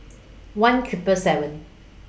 one Triple seven